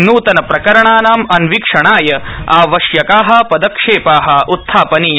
नूतन प्रकरणानां अन्वीक्षणाय आवश्यका पदक्षेपा उत्थापनीया